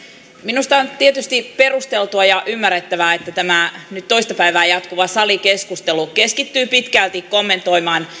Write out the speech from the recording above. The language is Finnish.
minusta on tietysti perusteltua ja ymmärrettävää että tämä nyt toista päivää jatkuva salikeskustelu keskittyy pitkälti kommentoimaan